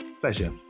Pleasure